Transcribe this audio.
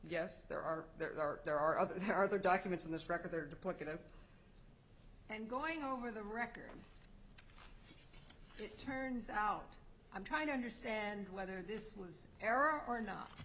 yes there are there are there are other there are other documents in this record to pluck it up and going over the record it turns out i'm trying to understand whether this was an error or no